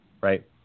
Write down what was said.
right